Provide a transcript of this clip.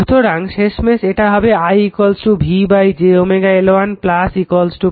সুতরাং শেষমেশ এটা হবে i V j L1 2 M